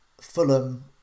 Fulham